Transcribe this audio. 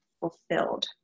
fulfilled